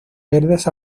verdes